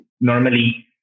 normally